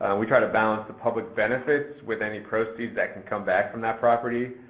and we try to balance the public benefits with any proceeds that can come back from that property.